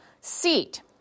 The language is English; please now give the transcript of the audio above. seat